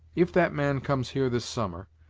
if that man comes here this summer,